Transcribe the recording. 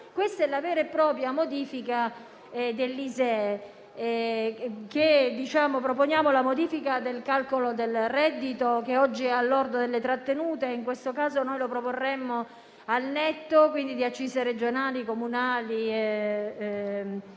tratta di una vera e propria modifica dell'ISEE: proponiamo la revisione del calcolo del reddito che oggi è al lordo delle trattenute; in questo caso lo proporremmo al netto delle accise regionali, comunali e anche